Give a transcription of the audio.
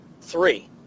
Three